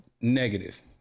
negative